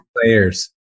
players